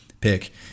pick